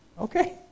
Okay